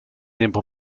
tiempo